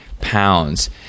pounds